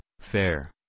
fair